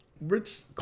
rich